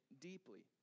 deeply